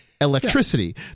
electricity